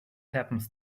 happens